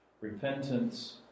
Repentance